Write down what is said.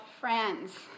friends